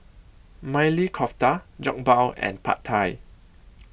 Maili Kofta Jokbal and Pad Thai